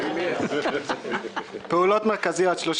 אני ממשיך: פעולות מרכזיות 31